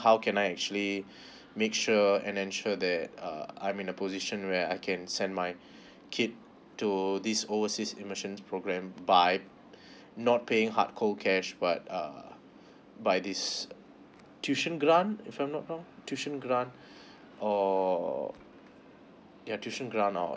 how can I actually make sure and ensure that uh I'm in a position where I can send my kid to this overseas immersion program by not paying hard cold cash but err by this tuition grant if I'm not wrong tuitiongrant or ya tuition grant or